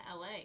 LA